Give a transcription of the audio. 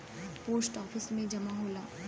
post office में जमा होला